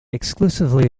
exclusively